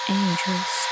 angels